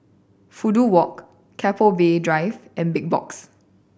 Fudu Walk Keppel Bay Drive and Big Box